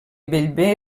bellver